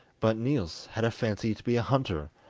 but niels had a fancy to be a hunter,